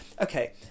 okay